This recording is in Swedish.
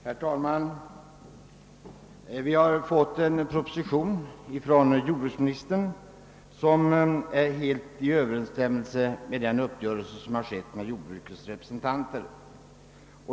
Herr talman! Jordbruksministern har lagt fram en proposition som helt överensstämmer med den uppgörelse som har träffats med jordbrukets representanter.